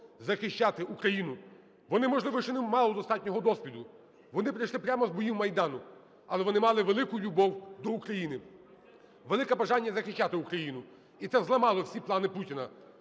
захищати Україну. Вони, можливо, ще не мали достатнього досвіду. Вони пішли прямо з боїв Майдану. Але вони мали велику любов до України, велике бажання захищати Україну. І це зламало всі плани Путіна.